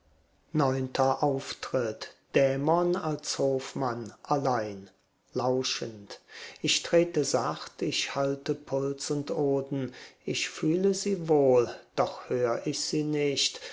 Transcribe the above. neunter auftritt dämon als hofmann allein lauschend ich trete sacht ich halte puls und oden ich fühle sie wohl doch hör ich sie nicht